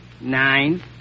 nine